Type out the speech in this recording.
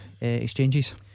exchanges